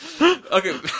Okay